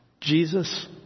Jesus